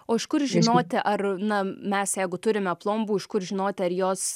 o iš kur žinoti ar na mes jeigu turime plombų iš kur žinoti ar jos